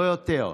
לא יותר,